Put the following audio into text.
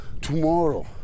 tomorrow